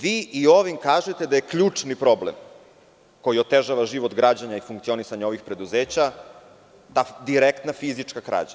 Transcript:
Vi i ovimkažete da je ključni problem koji otežava život građana i funkcionisanje ovih preduzeća ta direktna fizička krađa.